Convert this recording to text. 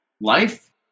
life